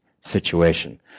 situation